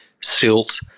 silt